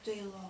对咯